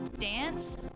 dance